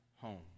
home